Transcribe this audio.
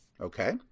Okay